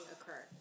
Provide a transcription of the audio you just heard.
occur